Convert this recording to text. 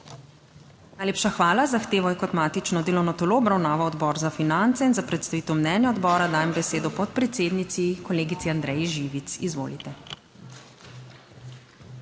Najlepša hvala. Zahtevo je kot matično delovno telo obravnaval Odbor za finance in za predstavitev mnenja odbora dajem besedo podpredsednici kolegici Andreji Živic. Izvolite.